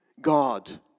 God